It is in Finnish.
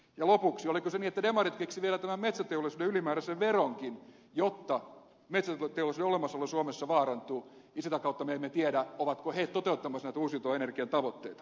ja lopuksi oliko se niin että demarit keksivät vielä tämän metsäteollisuuden ylimääräisen veronkin jotta metsäteollisuuden olemassaolo suomessa vaarantuu mitä kautta me emme tiedä ovatko he toteuttamassa näitä uusiutuvan energian tavoitteita